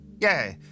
Yeah